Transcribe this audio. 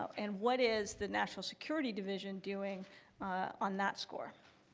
and what is the national security division doing on that score?